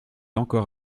encore